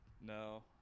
No